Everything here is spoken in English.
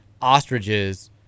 ostriches